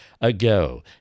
ago